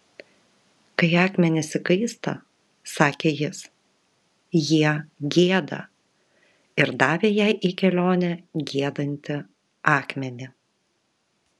kai akmenys įkaista sakė jis jie gieda ir davė jai į kelionę giedantį akmenį